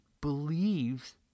believes